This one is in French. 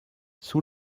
sous